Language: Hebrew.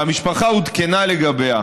והמשפחה עודכנה לגביה.